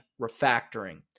refactoring